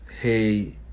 hey